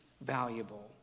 valuable